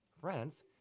friends